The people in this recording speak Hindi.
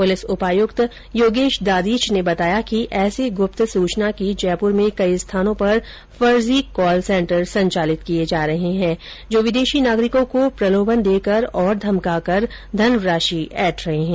पुलिस उपायुक्त योगेश दाधीच ने बताया कि ऐसी गुप्त सूचना की जयपुर में कई स्थानों पर फर्जी कॉल सेन्टर संचालित किये जा रहे है जो विदेशी नागरिकों को प्रलोभन देकर और धमका कर धनराशि ऐठ रहे है